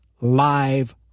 live